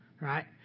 right